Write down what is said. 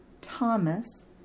Thomas